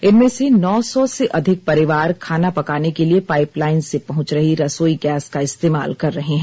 इनमें से नौ सौ से अधिक परिवार खाना पकाने के लिए पाईप लाईन से पहुंच रही रसोई गैस का इस्तेमाल कर रहे हैं